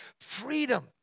freedom